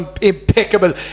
impeccable